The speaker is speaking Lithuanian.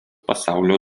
pasaulio